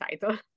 title